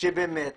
באמת